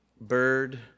bird